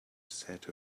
set